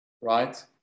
right